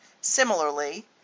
Similarly